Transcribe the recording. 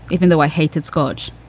even though i hated scotch,